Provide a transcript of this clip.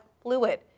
fluid